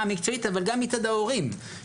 בגרויות בארץ מולדתם.